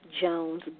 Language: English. Jones